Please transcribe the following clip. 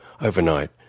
Overnight